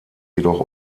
jedoch